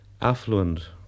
affluent